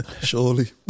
surely